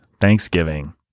Thanksgiving